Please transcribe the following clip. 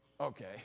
okay